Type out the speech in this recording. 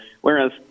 whereas